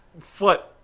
foot